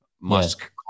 Musk